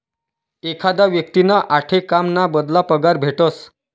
एखादा व्यक्तींना आठे काम ना बदला पगार भेटस